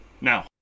now